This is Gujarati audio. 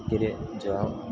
વગેરે જેવા